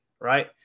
right